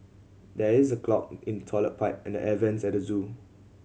there is a clog in the toilet pipe and the air vents at the zoo